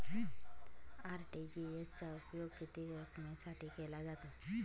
RTGS चा उपयोग किती रकमेसाठी केला जातो?